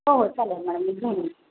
हो चालेल मॅडम मी घेऊन येईन